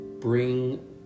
bring